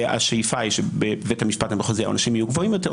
והשאיפה היא שבבית המשפט המחוזי העונשים יהיו גבוהים יותר.